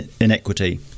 inequity